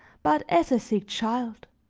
but as a sick child,